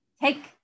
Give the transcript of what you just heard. take